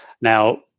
Now